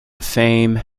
fame